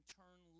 turn